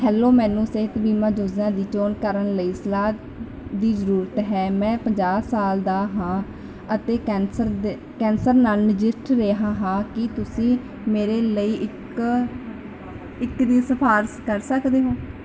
hello ਮੈਨੂੰ ਸਿਹਤ ਬੀਮਾ ਯੋਜਨਾ ਦੀ ਚੋਣ ਕਰਨ ਲਈ ਸਲਾਹ ਦੀ ਜ਼ਰੂਰਤ ਹੈ ਮੈਂ ਪੰਜਾਹ ਸਾਲ ਦਾ ਹਾਂ ਅਤੇ ਕੈਂਸਰ ਦੇ ਨਾਲ ਨਜਿੱਠ ਰਿਹਾ ਹਾਂ ਕੀ ਤੁਸੀਂ ਮੇਰੇ ਲਈ ਇੱਕ ਇੱਕ ਦੀ ਸਿਫਾਰਸ਼ ਕਰ ਸਕਦੇ ਹੋ